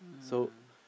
so